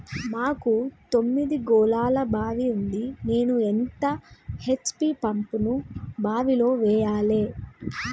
మాకు తొమ్మిది గోళాల బావి ఉంది నేను ఎంత హెచ్.పి పంపును బావిలో వెయ్యాలే?